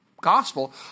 gospel